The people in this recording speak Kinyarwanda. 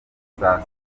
saa